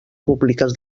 públiques